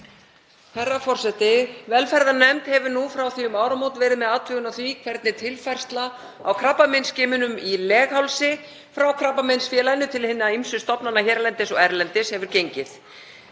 Herra forseti. Velferðarnefnd hefur nú frá því um áramót verið með athugun á því hvernig tilfærsla á skimunum fyrir krabbameini í leghálsi frá Krabbameinsfélaginu til hinna ýmsu stofnana hérlendis og erlendis hefur gengið.